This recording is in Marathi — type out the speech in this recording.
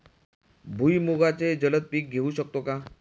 भुईमुगाचे जलद पीक घेऊ शकतो का?